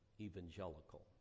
evangelical